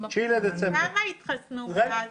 כמה התחסנו מאז?